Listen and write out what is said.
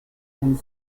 and